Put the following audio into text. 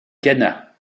ghana